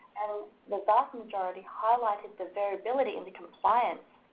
the vast majority highlighted the variability in the compliance